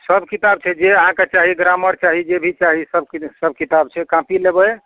सब किताब छै जे अहाँकऽ चाही ग्रामर चाही जे भी चाही सब किताब छै काँपी लेबै